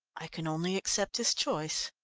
i can only accept his choice.